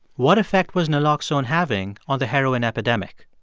what effect was naloxone having on the heroin epidemic?